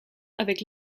avec